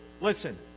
Listen